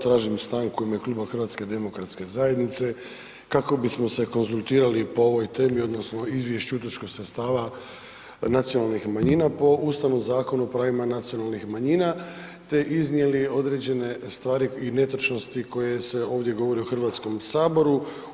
Tražim stanku ime kluba HDZ-a kako bismo se konzultirali po ovoj temi odnosno izvješću o utrošku sredstava nacionalnih manjina po Ustavnom zakonu o pravima nacionalnih manjina te iznijeli određene stvari i netočnosti koje se ovdje govore u Hrvatskom saboru.